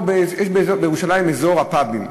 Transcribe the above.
יש בירושלים את אזור הפאבים.